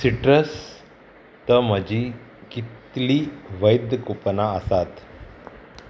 citrus त म्हजी कितली वैध कुपनां आसात